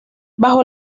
bajo